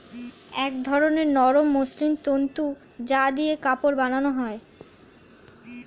এক ধরনের নরম ও মসৃণ তন্তু যা দিয়ে কাপড় বানানো হয়